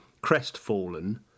crestfallen